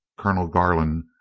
colonel garland,